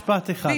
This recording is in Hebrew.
במשפט אחד, בבקשה.